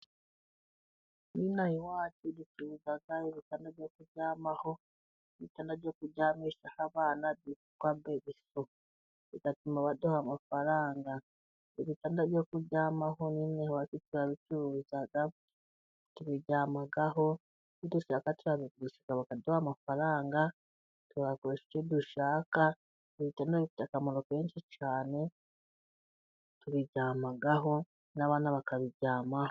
N'ino aha ducuruza ibitanda byo kuryamaho, ibitanda byo kuryamisha abana. Turabikora bigatuma abaduha amafaranga. Ibitanda byo kuryamaho nyine turabigurisha, bakaduha amafaranga. Tugura icyo dushaka. Ibitanda bifite akamaro kenshi cyane tubiryamaho n'abana bakabiryamaho.